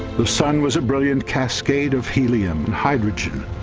the sun was a brilliant cascade of helium and hydrogen